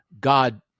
god